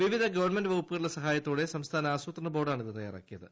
വിവിധ ഗവൺമെന്റ് വകുപ്പുകളുടെ സഹായത്തോടെ സംസ്ഥാന ആസൂത്രണ ബോർഡാണ് ഇത് തയാറാക്കിയത്